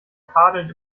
tadeln